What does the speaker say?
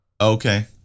Okay